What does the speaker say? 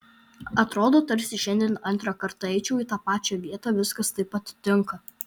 atrodo tarsi šiandien antrą kartą eičiau į tą pačią vietą viskas taip atitinka